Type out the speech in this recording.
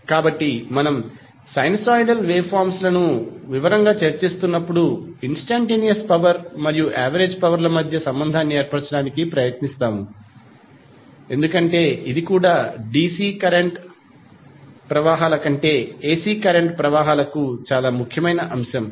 కాబట్టి మనము sinusoidal waveforms లను వివరంగా చర్చిస్తున్నప్పుడు ఇన్స్టంటేనియస్ పవర్ మరియు యావరేజ్ పవర్ ల మధ్య సంబంధాన్ని ఏర్పరచటానికి ప్రయత్నిస్తాము ఎందుకంటే ఇది కూడా డిసి కరెంట్ ప్రవాహాల కంటే ఎసి కరెంట్ ప్రవాహాలకు చాలా ముఖ్యమైన అంశం